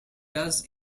does